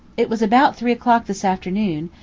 it was about three o'clock this afternoon,